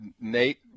Nate